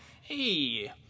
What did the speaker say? hey